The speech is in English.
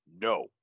No